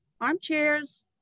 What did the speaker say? armchairs